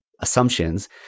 Assumptions